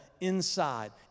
inside